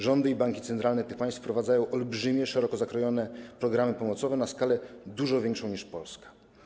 Rządy i banki centralne tych państw wprowadzają olbrzymie, szeroko zakrojone programy pomocowe na skalę dużo większą niż wprowadza Polska.